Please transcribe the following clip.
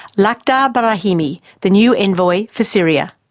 lakhdar brahimi the new envoy for syria.